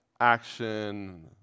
action